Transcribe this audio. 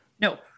No